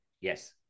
yes